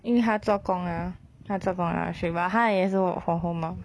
因为他做工 ah 他做工了才去 but 他也是 work from home lor